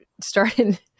started